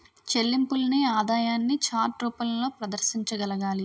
చెల్లింపుల్ని ఆదాయాన్ని చార్ట్ రూపంలో ప్రదర్శించగలగాలి